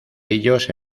ellos